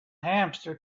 hamster